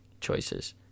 choices